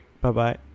Bye-bye